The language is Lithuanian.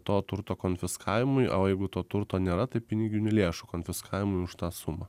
to turto konfiskavimui o jeigu to turto nėra tai piniginių lėšų konfiskavimui už tą sumą